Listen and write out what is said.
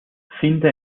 finde